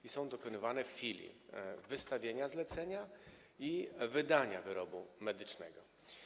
Oba są dokonywane w chwili wystawienia zlecenia i wydania wyrobu medycznego.